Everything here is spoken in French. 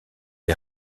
est